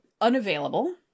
unavailable